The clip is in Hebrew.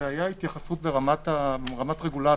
היתה התייחסות ברמת רגולטור.